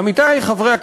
עמיתי חברי הכנסת,